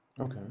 Okay